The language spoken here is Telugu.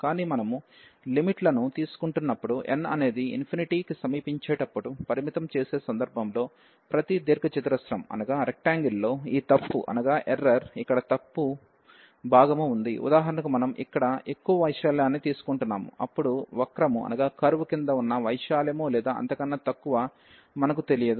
కానీ మనము లిమిట్ల ను తీసుకుంటున్నప్పుడు n అనేది సమీపించేటప్పుడు పరిమితం చేసే సందర్భంలో ప్రతి దీర్ఘ చతురస్రం లో ఈ తప్పు ఇక్కడ తప్పు భాగము ఉంది ఉదాహరణకు మనం ఇక్కడ ఎక్కువ వైశాల్యాన్ని తీసుకుంటున్నాము అప్పుడు వక్రము కింద ఉన్న వైశాల్యము లేదా అంతకన్నా తక్కువ మనకు తెలియదు